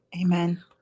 amen